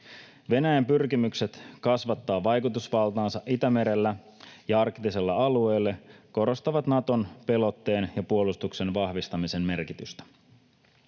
Venäjän pyrkimykset kasvattaa vaikutusvaltaansa Itämerellä ja arktisella alueella korostavat Naton pelotteen ja puolustuksen vahvistamisen merkitystä.